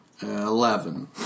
Eleven